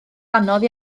anodd